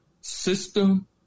system